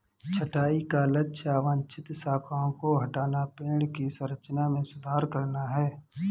छंटाई का लक्ष्य अवांछित शाखाओं को हटाना, पेड़ की संरचना में सुधार करना है